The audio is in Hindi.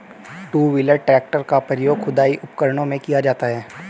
टू व्हीलर ट्रेक्टर का प्रयोग खुदाई उपकरणों में किया जाता हैं